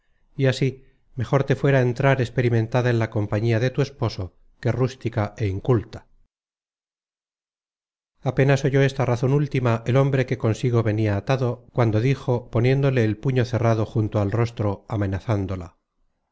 y así mejor te fuera entrar experimentada en la compañía de tu esposo que rústica é inculta content from google book search generated at apenas oyó esta razon última el hombre que consigo venia atado cuando dijo poniéndole el puño cerrado junto al rostro amenazándola